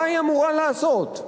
מה היא אמורה לעשות?